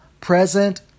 present